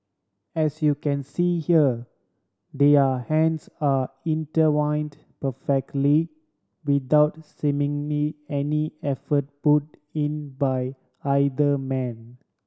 as you can see here their hands are intertwined perfectly without seemingly any effort put in by either man